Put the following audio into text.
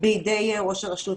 בידי ראש הרשות